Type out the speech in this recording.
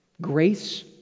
Grace